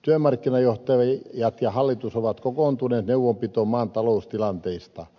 työmarkkinajohtajat ja hallitus ovat kokoontuneet neuvonpitoon maan taloustilanteesta